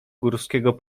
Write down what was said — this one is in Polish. górskiego